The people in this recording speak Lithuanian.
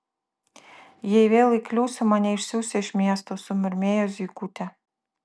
jei vėl įkliūsiu mane išsiųs iš miesto sumurmėjo zykutė